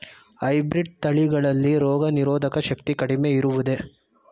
Hybrid ತಳಿಗಳಲ್ಲಿ ರೋಗನಿರೋಧಕ ಶಕ್ತಿ ಕಡಿಮೆ ಇರುವುದೇ?